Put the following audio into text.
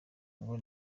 ngo